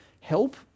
help